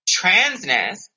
transness